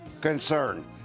Concern